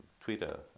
Twitter